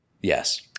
Yes